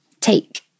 Take